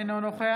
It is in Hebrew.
אינו נוכח